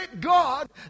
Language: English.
God